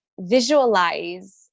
visualize